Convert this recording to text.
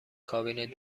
کابین